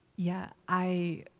yeah, i,